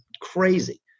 crazy